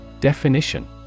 DEFINITION